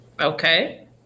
Okay